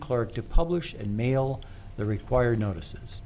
clerk to publish and mail the required notices